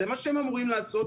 זה מה שהם אמורים לעשות.